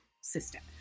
system